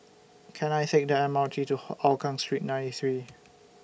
Can I Take The M R T to Hougang Street ninety three